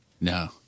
No